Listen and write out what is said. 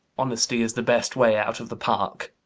honesty is the best way out of the park.